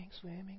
swimming